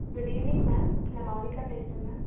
good evening ma'am நான் மௌனிகா பேசுகிறேன் ma'am